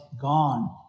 gone